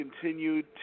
continued